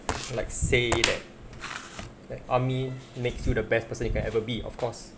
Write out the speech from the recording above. like say that like army makes you the best person you can ever be of course